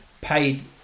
paid